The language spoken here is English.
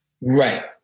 Right